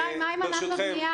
שי, מה עם ענף הבנייה?